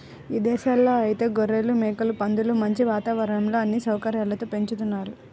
ఇదేశాల్లో ఐతే గొర్రెలు, మేకలు, పందులను మంచి వాతావరణంలో అన్ని సౌకర్యాలతో పెంచుతున్నారు